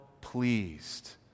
pleased